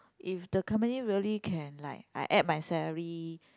if the company really can like I add my salary